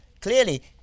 clearly